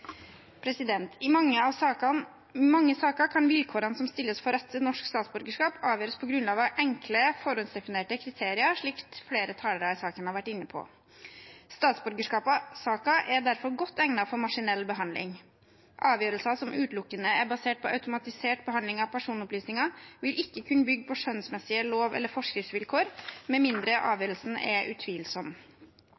I mange saker kan vilkårene som stilles for rett til norsk statsborgerskap, avgjøres på grunnlag av enkle, forhåndsdefinerte kriterier, slik flere talere i saken har vært inne på. Statsborgerskapssaker er derfor godt egnet for maskinell behandling. Avgjørelser som utelukkende er basert på automatisert behandling av personopplysninger, vil ikke kunne bygge på skjønnsmessige lov- eller forskriftsvilkår, med mindre